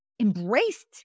Embraced